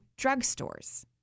drugstores